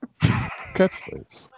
Catchphrase